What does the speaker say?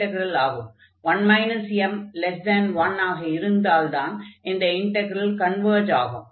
1 m1 ஆக இருந்தால்தான் இந்த இண்டக்ரல் கன்வர்ஜ் ஆகும்